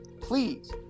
please